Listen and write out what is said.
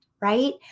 right